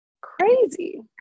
Crazy